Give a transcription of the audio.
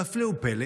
והפלא ופלא,